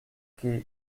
quai